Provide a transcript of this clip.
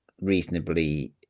reasonably